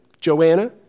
Joanna